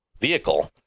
vehicle